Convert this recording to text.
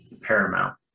paramount